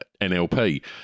NLP